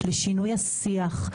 לשינוי השיח.